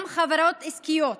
גם בחברות עסקיות.